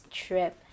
trip